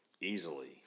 easily